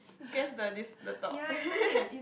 guess the this the top